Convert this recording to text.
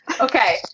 Okay